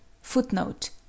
Footnote